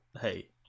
hey